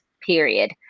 period